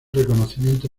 reconocimiento